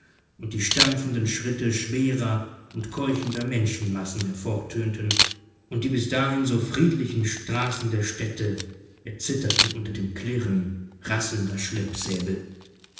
und die stampfenden schritte schwerer und keuchender menschenmassen hervortönten und die bis dahin so friedlichen straßen der städte erzitterten unter dem klirren rasselnder schleppsäbel